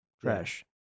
Trash